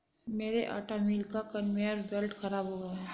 मेरे आटा मिल का कन्वेयर बेल्ट खराब हो गया है